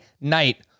night